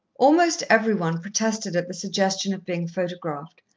almost every one protested at the suggestion of being photographed,